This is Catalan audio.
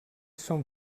són